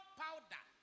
powder